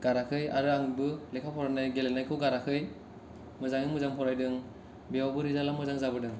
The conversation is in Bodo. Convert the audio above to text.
गाराखै आरो आंबो लेखा फरायनाय गेलेनायखौ गाराखै मोजाङै मोजां फरायदों बेयावबो रिजाल्टा मोजां जाबोदों